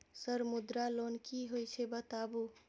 Sir Mudra loan की हे छे बताबू?